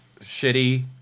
shitty